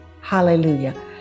Hallelujah